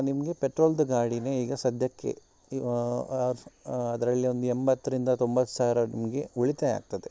ನಿಮಗೆ ಪೆಟ್ರೋಲ್ದು ಗಾಡಿನೇ ಈಗ ಸದ್ಯಕ್ಕೆ ಅದರಲ್ಲಿ ಒಂದು ಎಂಬತ್ತರಿಂದ ತೊಂಬತ್ತು ಸಾವಿರ ನಿಮಗೆ ಉಳಿತಾಯ ಆಗ್ತದೆ